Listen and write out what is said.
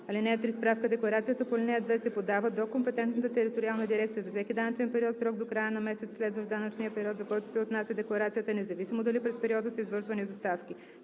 (3) Справка-декларацията по ал. 2 се подава до компетентната териториална дирекция за всеки данъчен период в срок до края на месеца, следващ данъчния период, за който се отнася декларацията, независимо дали през периода са извършвани доставки.